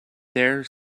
there